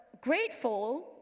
grateful